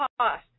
cost